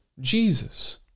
Jesus